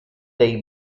dei